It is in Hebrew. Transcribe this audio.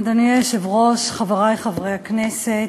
אדוני היושב-ראש, חברי חברי הכנסת,